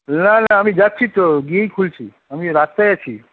না না আমি যাচ্ছি তো গিয়েই খুলছি আমি রাস্তায় আছি